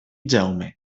jaume